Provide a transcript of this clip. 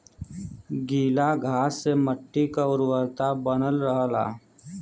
गीला घास से मट्टी क उर्वरता बनल रहला